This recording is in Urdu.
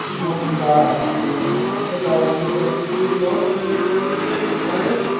پانچ لاکھ بہت بتا رہے ہیں مطلب کچھ لوس کر دیتے کفایت